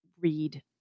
read